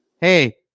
hey